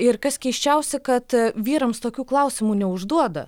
ir kas keisčiausia kad vyrams tokių klausimų neužduoda